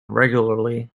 regularly